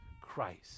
Christ